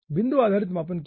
बिंदु आधारित मापन क्यों